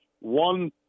one